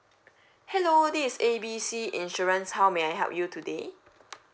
hello this is A B C insurance how may I help you today